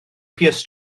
pierce